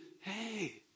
hey